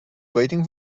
waiting